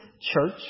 church